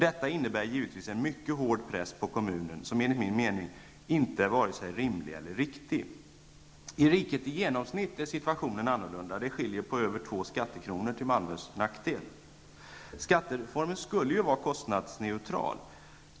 Detta innebär givetvis en mycket hård press på kommunen, en press som enligt min mening inte är vare sig rimlig eller riktig. I riket i genomsnitt är situationen en annan -- det skiljer på över 2 skattekronor till Malmös nackdel. Skattereformen skulle ju vara kostnadsneutral.